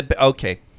Okay